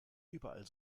überall